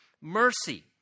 mercy